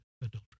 adultery